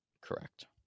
Correct